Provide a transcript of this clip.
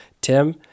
Tim